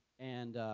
and,